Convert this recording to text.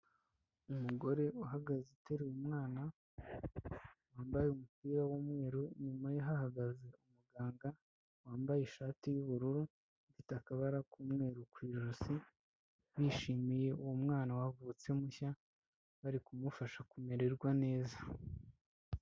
Umugore uhagaze uteru umwana, wambaye umupira w'umweru, nyuma ye hahagaze umuganga wambaye ishati y'ubururu ifite akabara k'umweru ku ijosi, bishimiye uwo mwana wavutse mushya bari kumufasha kumererwa neza.